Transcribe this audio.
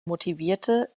motivierte